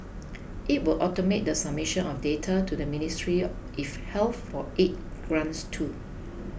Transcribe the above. it will automate the submission of data to the Ministry if Health for aid grants too